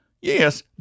Yes